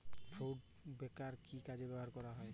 Clod breaker কি কাজে ব্যবহৃত হয়?